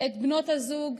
את בנות הזוג,